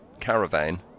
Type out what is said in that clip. caravan